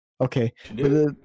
Okay